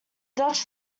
dutch